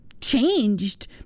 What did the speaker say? changed